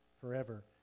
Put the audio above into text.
forever